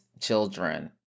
children